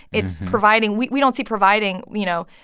it's providing. we we don't see providing you know,